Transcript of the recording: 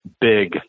big